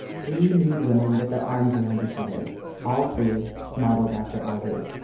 three nude women with their arms around each other all three modeled after audrey.